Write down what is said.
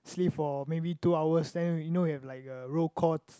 sleep for maybe two hours then you know you have like a roll call